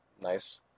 nice